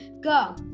go